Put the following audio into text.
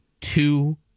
two